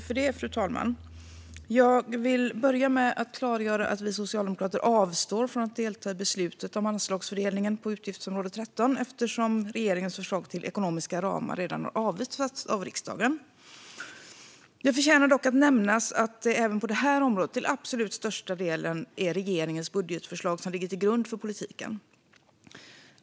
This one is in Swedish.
Fru talman! Jag vill börja med att klargöra att vi socialdemokrater avstår från att delta i beslutet om anslagsfördelningen på utgiftsområde 13 eftersom regeringens förslag till ekonomiska ramar redan har avvisats av riksdagen. Det förtjänar dock att nämnas att det även på det här området till absolut största delen är regeringens budgetförslag som ligger till grund för politiken.